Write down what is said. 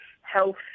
health